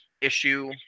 issue